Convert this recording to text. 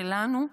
שלנו,